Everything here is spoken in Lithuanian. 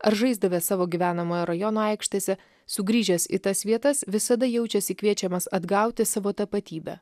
ar žaisdavęs savo gyvenamojo rajono aikštėse sugrįžęs į tas vietas visada jaučiasi kviečiamas atgauti savo tapatybę